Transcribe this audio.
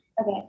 Okay